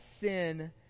sin